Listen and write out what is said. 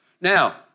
Now